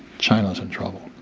china is in trouble.